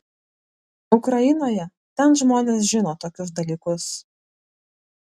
ukrainoje ten žmonės žino tokius dalykus